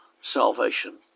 salvation